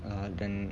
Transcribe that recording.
uh dan